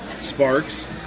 Sparks